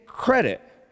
Credit